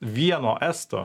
vieno esto